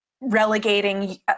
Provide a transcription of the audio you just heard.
relegating